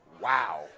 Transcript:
Wow